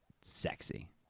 sexy